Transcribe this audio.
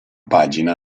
pagina